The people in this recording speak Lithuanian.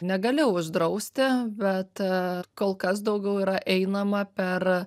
negali uždrausti bet kol kas daugiau yra einama per